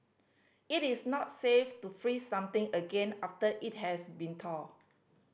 it is not safe to freeze something again after it has been thawed